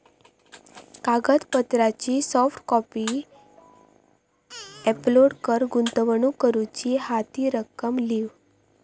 कागदपत्रांची soft copy upload कर, गुंतवणूक करूची हा ती रक्कम लिव्ह